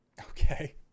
Okay